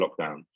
lockdown